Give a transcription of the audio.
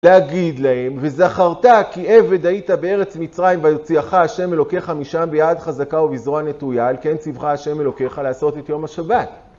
להגיד להם, וזכרת כי עבד היית בארץ מצרים, ויוציאך השם אלוקיך משם ביעד חזקה ובזרוע נטויה על כן ציווך השם אלוקיך לעשות את יום השבת.